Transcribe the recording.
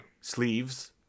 sleeves